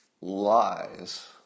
lies